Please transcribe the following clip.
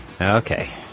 Okay